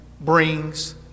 brings